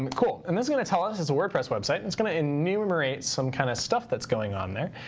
um cool. and this going to tell us it's wordpress website. and it's going to enumerate some kind of stuff that's going on there.